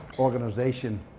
organization